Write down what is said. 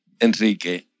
Enrique